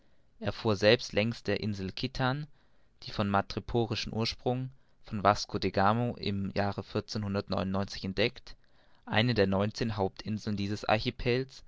fuhr selbst längs der insel kittan die von madreporischem ursprung von vasco de gama im jahre entdeckt eine der neunzehn hauptinseln dieses archipels